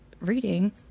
reading